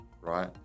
right